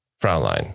Fraulein